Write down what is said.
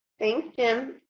thanks, jim.